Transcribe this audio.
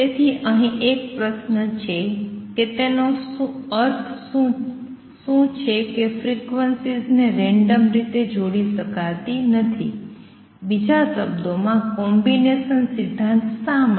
તેથી અહીં એક પ્રશ્ન છે કે તેનો અર્થ શું છે કે ફ્રીક્વન્સીઝ ને રેન્ડમ રીતે જોડી શકાતી નથી બીજા શબ્દોમાં કોમ્બિનેશન સિદ્ધાંત શા માટે